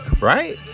right